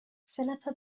philippa